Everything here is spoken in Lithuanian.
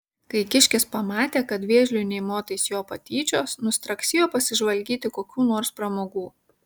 kai kiškis pamatė kad vėžliui nė motais jo patyčios nustraksėjo pasižvalgyti kokių nors pramogų